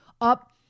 up